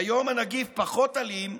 כיום הנגיף פחות אלים,